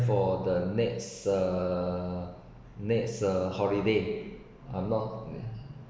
for the next err next uh holiday I’m not